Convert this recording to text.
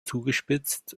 zugespitzt